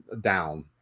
down